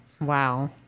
Wow